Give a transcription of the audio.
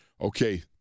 okay